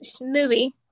movie